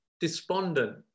despondent